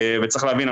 וצריך להבין,